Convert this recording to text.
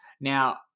Now